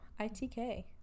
ITK